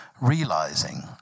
realizing